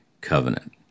covenant